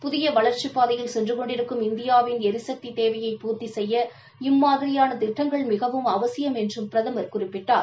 புதிய வளர்ச்சிப் பாதையில் சென்று கொண்டிருக்கும் இந்தியாவின் எரிசக்தி தேவையை பூர்த்தி செய்ய இம்மாதிரியான திட்டங்கள் மிகவும் அவசியம் என்றும் பிரதமர் குறிப்பிட்டார்